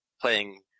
playing